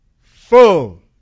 full